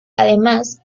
además